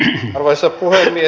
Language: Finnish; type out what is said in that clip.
arvoisa puhemies